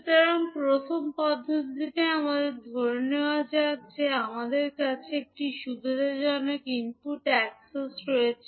সুতরাং প্রথম পদ্ধতিটি আমাদের ধরে নেওয়া যাক যে আমাদের কাছে একটি সুবিধাজনক ইনপুট অ্যাক্সেস রয়েছে